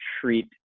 treat